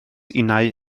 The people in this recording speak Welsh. innau